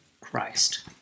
Christ